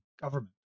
government